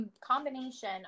combination